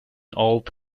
old